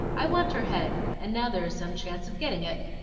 i want her head, and now there is some chance of getting it.